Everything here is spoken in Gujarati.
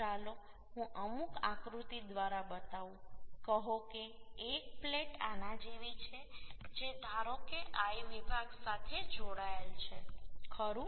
ચાલો હું અમુક આકૃતિ દ્વારા બતાવું કહો કે એક પ્લેટ આના જેવી છે જે ધારો કે I વિભાગ સાથે જોડાયેલ છે ખરું